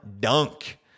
dunk